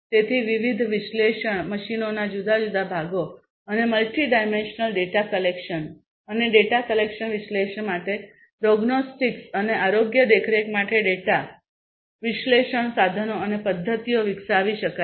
તેથી વિવિધ વિશ્લેષણ મશીનોના જુદા જુદા ભાગો અને મલ્ટિ ડાયમેન્શનલ ડેટા કલેક્શન અને ડેટા કલેકશન વિશ્લેષણ માટે પ્રોગ્નોસ્ટિક્સ અને આરોગ્ય દેખરેખ માટે ડેટા વિશ્લેષણ સાધનો અને પદ્ધતિઓ વિકસાવી શકાય છે